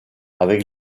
avec